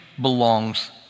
belongs